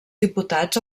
diputats